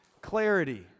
clarity